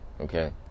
Okay